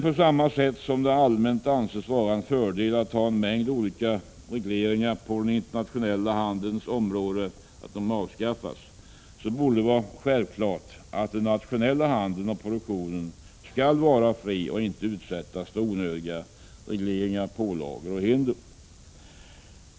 På samma sätt som det allmänt anses vara en fördel att en mängd olika regleringar på den internationella handelns område avskaffas, borde det vara självklart att den nationella handeln och produktionen skall vara fri och inte utsättas för onödiga regleringar, pålagor och hinder.